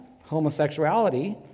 homosexuality